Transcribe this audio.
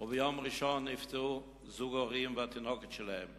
וביום ראשון נפצעו זוג הורים והתינוקת שלהם.